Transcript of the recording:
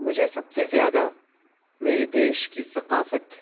مجھے سب سے زیادہ میرے دیش کی ثقافت